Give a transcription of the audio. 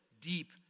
deep